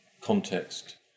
context